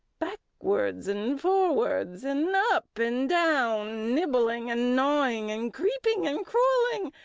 backwards and forwards, and up and down, nibbling and gnawing and creeping and crawling,